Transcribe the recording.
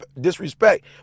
disrespect